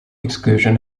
exclusion